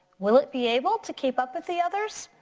will it be able to keep up with the others?